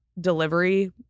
delivery